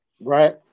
Right